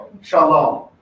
Shalom